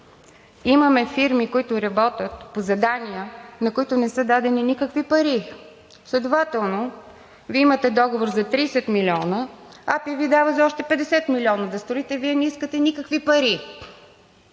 имаме фирми, които работят по задания, на които не са дадени никакви пари. Следователно Вие имате договор за 30 милиона, АПИ Ви дава за още 50 милиона да строите и Вие не искате никакви пари,